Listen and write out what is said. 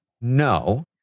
No